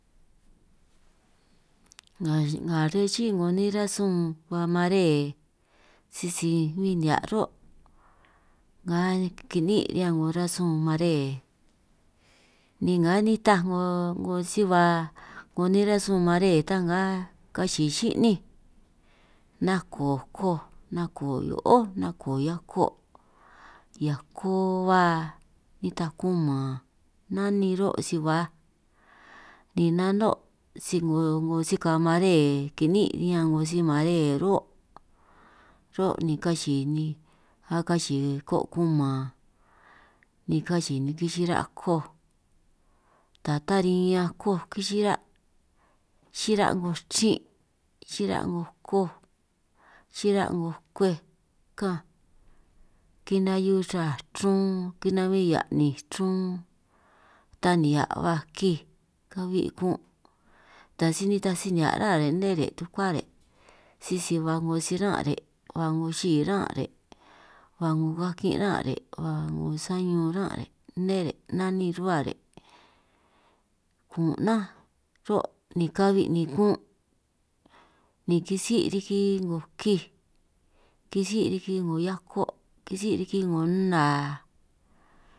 Nga nga si xi'í 'ngo nej rasun ba mare sisi bin nihia' ro', nnga kini'ín' riñan 'ngo rasun mare ni nnga nitaj 'ngo 'ngo si ba 'ngo nej rasun mare ta, nnga kachii xi'ninj nako koj, nako hio'ó, nako' hiako', hiako ba nitaj kuman nanin ro', asi baaj ni nano' si 'ngo 'ngo si ka mare kiniín' riñan 'ngo si mare ro', ro' ni kachii ni a kachiij ko' kuman ni kachii ni kichira' koj, ta ta riñan koj kixira', xira' 'ngo chrin', xira' 'ngo koj, xira' 'ngo kwej ka'anj kinahiu ra chrun, kinabin hia'ninj chrun ta nihia' ba kij kabi' kun' taj si nitaj si nihia' ruhua re' nne re' tukuá re', sisi ba 'ngo si ran' re' ba 'ngo xi'i ran' re', ba 'ngo kakin' rán' re', ba 'ngo sañun rán' re', nne re' nanin ruhua re', kun' nán ruhuo' ni kabi ni kun' ni kisí' riki 'ngo kij, kisí' riki 'ngo hiako', kisí' riki 'ngo nna.